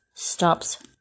stops